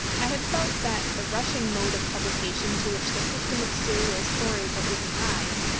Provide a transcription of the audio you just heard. i had felt that the rushing mode of publication to which the system of serial stories had given rise,